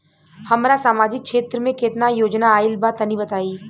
हमरा समाजिक क्षेत्र में केतना योजना आइल बा तनि बताईं?